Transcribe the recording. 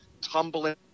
tumbling